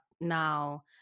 now